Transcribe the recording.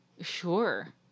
Sure